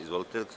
Izvolite.